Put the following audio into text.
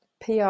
PR